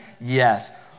Yes